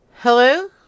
Hello